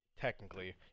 Technically